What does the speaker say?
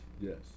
Yes